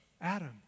Adam